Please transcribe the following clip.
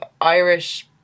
Irish